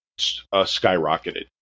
skyrocketed